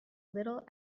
little